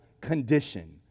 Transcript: condition